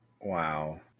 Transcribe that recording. Wow